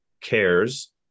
cares